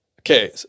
Okay